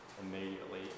immediately